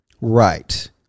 Right